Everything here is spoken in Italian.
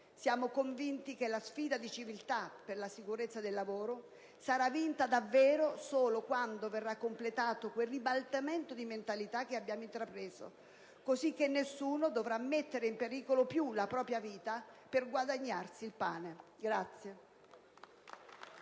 Siamo convinti che la sfida di civiltà per la sicurezza del lavoro sarà vinta davvero solo quando verrà completato quel ribaltamento di mentalità che abbiamo intrapreso, così che nessuno dovrà più mettere in pericolo la propria vita per guadagnarsi il pane.